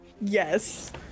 Yes